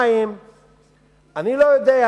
2. אני לא יודע,